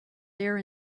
there